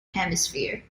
hemisphere